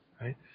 Right